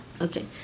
okay